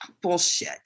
bullshit